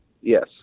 Yes